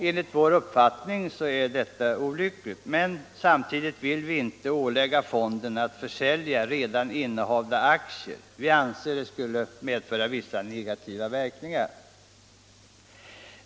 Enligt vår uppfattning är detta olyckligt, men samtidigt vill vi inte ålägga fonden att försälja redan innehavda aktier. Vi anser att det skulle få vissa negativa verkningar.